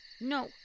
No